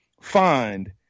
find